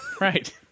Right